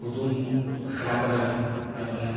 ᱠᱩᱫᱩᱢ ᱟᱠᱷᱲᱟ ᱠᱚᱨᱮ ᱦᱚᱸ ᱡᱮᱵᱚᱞᱮ